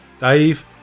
Dave